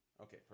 Okay